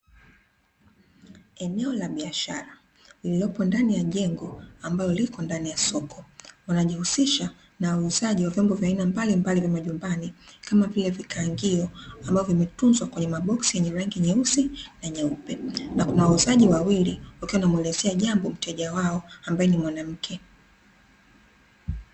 Eneo la biashara lililopo ndani ya jengo ambalo liko ndani ya soko. Wanajihusisha na uuzaji wa vyombo vya aina mbalimbali vya majumbani kama vile vikaangio, ambavyo vimetunzwa kwenye maboksi yenye rangi nyeusi na nyeupe. Na kuna wauzaji wawili wakiwa wanamuelezea jambo mteja wao ambaye ni mwanamke.